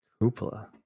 Cupola